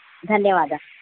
धन्यवाद